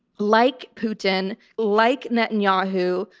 like putin, like netanyahu,